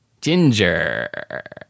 ginger